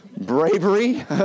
bravery